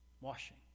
Washing